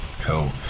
cool